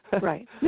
Right